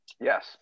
Yes